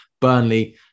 Burnley